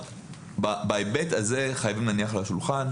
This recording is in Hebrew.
בהיבט הזה חייבים להניח על השולחן,